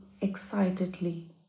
excitedly